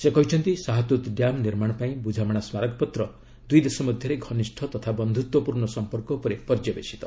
ସେ କହିଛନ୍ତି ଶାହତୁତ୍ ଡ୍ୟାମ୍ ନିର୍ମାଣ ପାଇଁ ବୁଝାମଣା ସ୍ମାରକପତ୍ର ଦୁଇ ଦେଶ ମଧ୍ୟରେ ଘନିଷ୍ଠ ତଥା ବନ୍ଧୁତ୍ୱପୂର୍ଣ୍ଣ ସମ୍ପର୍କ ଉପରେ ପର୍ଯ୍ୟବେଶିତ